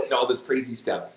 and all this crazy stuff,